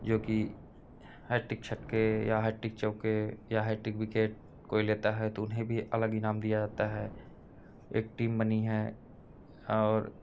जोकि हैट्रिक छक्के या हैट्रिक चौके या हैट्रिक विकेट कोई लेता है तो उन्हें भी अलग इनाम दिया जाता है एक टीम बनी है और